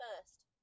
first